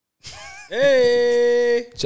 Hey